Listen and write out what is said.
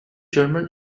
german